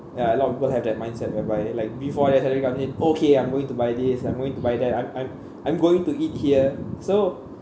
ya a lot of people have that mindset whereby like before their money come in okay I'm going to buy this I'm going to buy that I'm I'm I'm going to eat here so